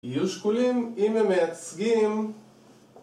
יהיו שקולים אם הם מייצגים